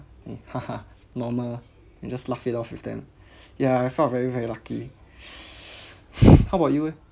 normal I just laugh it off with them ya I felt very very lucky how about you eh